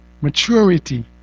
maturity